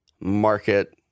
market